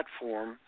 platform